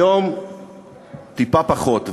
היום טיפה פחות,